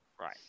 Right